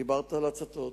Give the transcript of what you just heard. דיברת על הצתות.